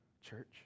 church